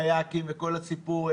קיאקים וכל הסיפור,